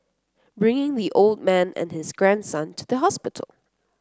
bringing the old man and his grandson to the hospital